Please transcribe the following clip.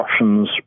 Russians